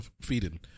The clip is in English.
feeding